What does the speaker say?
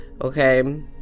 Okay